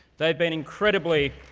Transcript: they've been incredibly